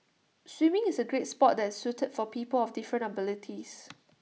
swimming is A great Sport that is suited for people of different abilities